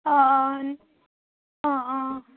অঁ অঁ অঁ অঁ